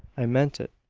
i meant it.